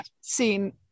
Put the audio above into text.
seen